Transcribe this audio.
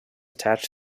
attached